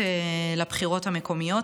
שמתמודדות לבחירות המקומיות.